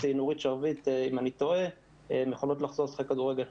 הן יכולות לחזור לשחק כדורגל.